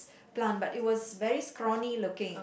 plant but it was very scrawny looking